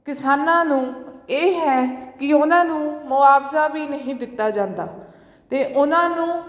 ਕਿਸਾਨਾਂ ਨੂੰ ਇਹ ਹੈ ਕਿ ਉਹਨਾਂ ਨੂੰ ਮੁਆਵਜ਼ਾ ਵੀ ਨਹੀਂ ਦਿੱਤਾ ਜਾਂਦਾ ਅਤੇ ਉਹਨਾਂ ਨੂੰ